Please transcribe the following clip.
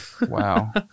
Wow